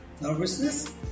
nervousness